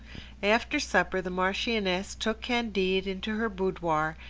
after supper the marchioness took candide into her boudoir,